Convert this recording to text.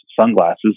sunglasses